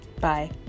Bye